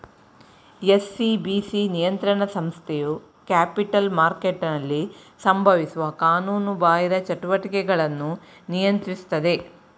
SCBC ನಿಯಂತ್ರಣ ಸಂಸ್ಥೆಯು capital ಮಾರ್ಕೆಟ್ನಲ್ಲಿ ಸಂಭವಿಸುವ ಕಾನೂನುಬಾಹಿರ ಚಟುವಟಿಕೆಗಳನ್ನು ನಿಯಂತ್ರಿಸುತ್ತದೆ